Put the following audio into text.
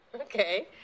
Okay